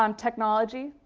um technology,